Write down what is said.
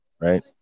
right